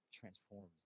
transforms